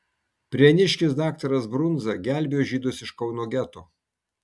prieniškis daktaras brundza gelbėjo žydus iš kauno geto